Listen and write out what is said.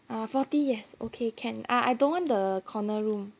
uh forty yes okay can I I I don't want the corner room